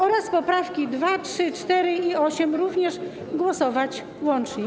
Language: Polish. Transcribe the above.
oraz nad poprawkami 2., 3., 4., i 8. również głosować łącznie.